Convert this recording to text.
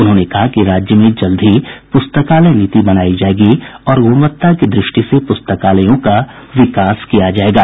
उन्होंने कहा कि राज्य में जल्द ही पुस्तकालय नीति बनायी जायेगी और गुणवत्ता की दृष्टि से पुस्तकालयों का विकास किया जायेगा